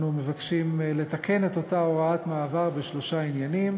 אנחנו מבקשים לתקן את אותה הוראת מעבר בשלושה עניינים: